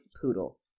poodle